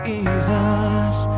Jesus